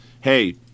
hey